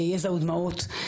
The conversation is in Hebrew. יזע ודמעות.